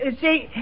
See